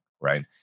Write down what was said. right